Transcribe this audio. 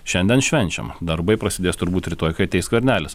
šiandien švenčiam darbai prasidės turbūt rytoj kai ateis skvernelis